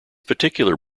particular